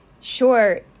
Sure